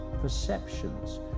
perceptions